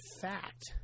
fact